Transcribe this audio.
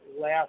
last